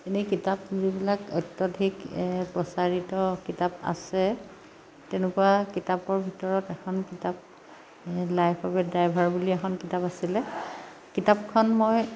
ইনেই কিতাপ যিবিলাক অত্যাধিক প্ৰচাৰিত কিতাপ আছে তেনেকুৱা কিতাপৰ ভিতৰত এখন কিতাপ লাইফ অফ এ ড্ৰাইভাৰ বুলি এখন কিতাপ আছিলে কিতাপখন মই